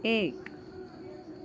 एक